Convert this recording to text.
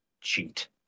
cheat